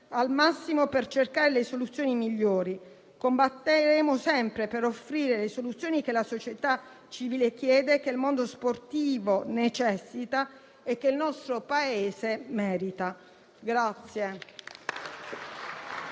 al massimo per cercare le soluzioni migliori. Combatteremo sempre per offrire le soluzioni che la società civile chiede, che il mondo sportivo necessita e che il nostro Paese merita.